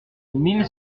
mille